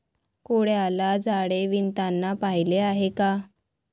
कोळ्याला जाळे विणताना पाहिले आहे का?